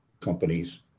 companies